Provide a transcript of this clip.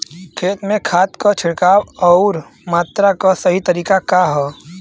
खेत में खाद क छिड़काव अउर मात्रा क सही तरीका का ह?